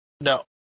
No